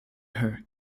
her